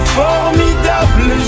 formidable